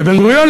בן-גוריון,